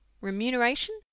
remuneration